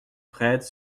wrede